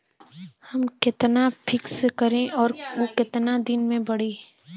हम कितना फिक्स करी और ऊ कितना दिन में बड़ी?